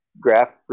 graph